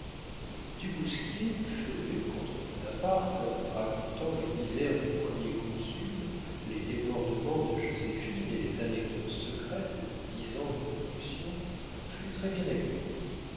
du bousquier furieux contre bonaparte racontant les misères du premier consul les débordements de joséphine et les anecdotes secrètes de dix ans de révolution fut très-bien accueilli